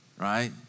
right